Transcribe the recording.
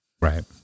right